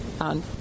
on